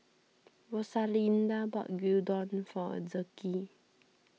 Rosalinda bought Gyudon for Zeke